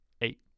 eight